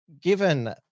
given